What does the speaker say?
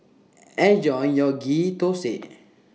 Enjoy your Ghee Thosai